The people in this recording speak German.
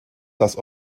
das